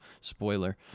Spoiler